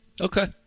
okay